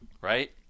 right